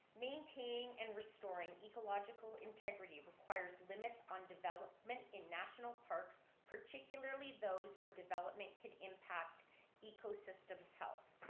maintaining and restoring ecological integrity requirements limits on development in national parks, particularly those where development can impact ecosystems' health.